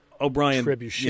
O'Brien